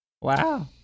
Wow